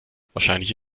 wahrscheinlich